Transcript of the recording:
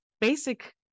basic